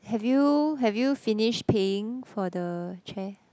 have you have you finished paying for the chair